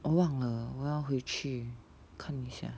我忘了我要回去看一下